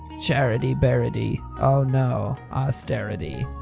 charity bearity oh no! austerity!